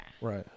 Right